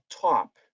top